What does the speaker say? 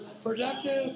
productive